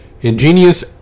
Ingenious